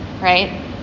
right